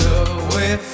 away